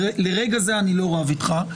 לרגע זה אני לא רב איתך.